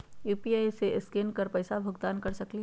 UPI से scan कर पईसा भुगतान कर सकलीहल?